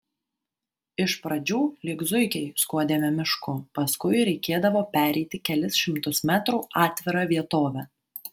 iš pradžių lyg zuikiai skuodėme mišku paskui reikėdavo pereiti kelis šimtus metrų atvira vietove